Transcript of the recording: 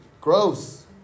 Gross